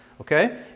Okay